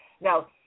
Now